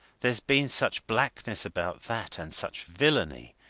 there's been such blackness about that, and such villainy,